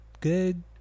good